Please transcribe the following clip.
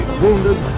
wounded